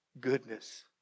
goodness